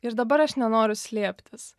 ir dabar aš nenoriu slėptis